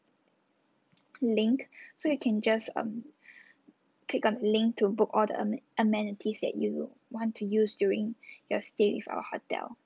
link so you can just um click on link to book all the amen~ amenities that you would want to use during your stay with our hotel